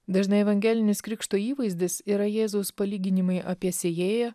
dažnai evangelinis krikšto įvaizdis yra jėzaus palyginimai apie sėjėją